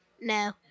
No